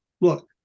look